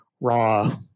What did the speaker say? raw